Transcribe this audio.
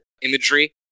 imagery